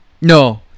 No